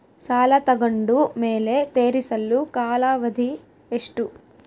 ಸಾಲ ತಗೊಂಡು ಮೇಲೆ ತೇರಿಸಲು ಕಾಲಾವಧಿ ಎಷ್ಟು?